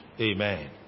Amen